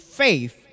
faith